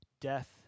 death